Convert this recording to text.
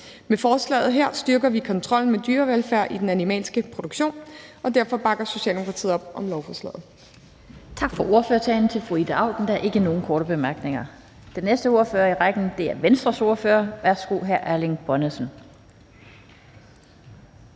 Med forslaget her styrker vi kontrollen med dyrevelfærd i den animalske produktion, og derfor bakker Socialdemokratiet op om lovforslaget.